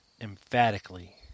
Emphatically